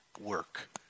work